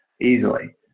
easily